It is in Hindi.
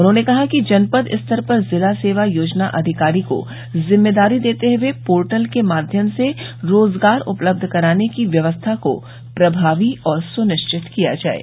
उन्होंने कहा कि जनपद स्तर पर जिला सेवा योजना अधिकारी को जिम्मेदारी देते हुए पोर्टल के माध्यम से रोजगार उपलब्ध कराने की व्यवस्था को प्रभावी और सुनिश्चित किया जाये